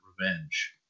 revenge